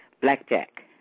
Blackjack